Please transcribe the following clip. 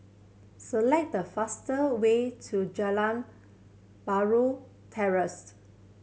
select the fastest way to Geylang Bahru Terrace